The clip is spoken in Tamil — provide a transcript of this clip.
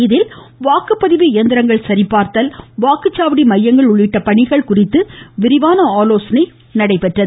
இதில் வாக்குப்பதிவு இயந்திரங்கள் சரிபார்த்தல் வாக்குச்சாவடி மையங்கள் உள்ளிட்ட பணிகள் குறித்து விரிவான ஆலோசனை நடைபெற்றது